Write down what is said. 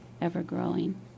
ever-growing